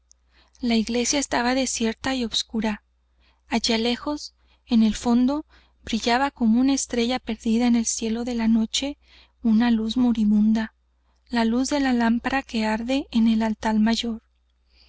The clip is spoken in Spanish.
la iglesia estaba desierta y oscura allá lejos en el fondo brillaba como una estrella perdida en el cielo de la noche una luz moribunda la luz de la lámpara que arde en el altar mayor